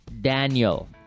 Daniel